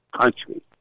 country